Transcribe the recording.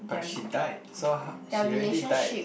but she died so how she already died